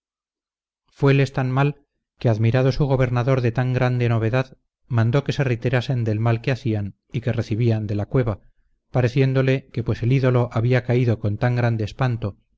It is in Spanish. ninguno fueles tan mal que admirado su gobernador de tan grande novedad mandó que se retirasen del mal que hacían y que recibían de la cueva pareciéndole que pues el ídolo había caído con tan grande espanto